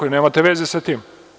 Vi nemate veze sa tim.